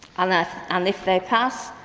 and if and if they pass,